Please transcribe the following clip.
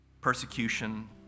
persecution